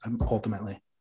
ultimately